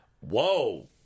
Whoa